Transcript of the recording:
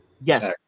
Yes